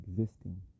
existing